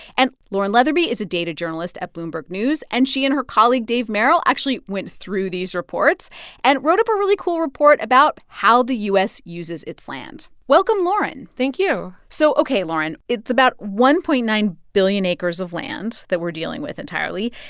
and lauren leatherby is a data journalist at bloomberg news. and she and her colleague dave merrill actually went through these reports and wrote up a really cool report about how the u s. uses its land. welcome, lauren thank you so, ok, lauren, it's about one point nine billion acres of land that we're dealing with entirely.